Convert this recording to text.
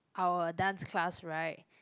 our dance class right